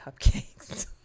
cupcakes